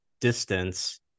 distance